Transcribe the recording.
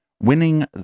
Winning